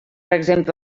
exemple